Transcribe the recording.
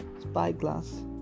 spyglass